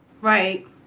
Right